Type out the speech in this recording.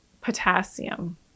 potassium